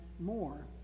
more